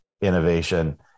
innovation